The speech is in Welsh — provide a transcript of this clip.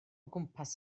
gwmpas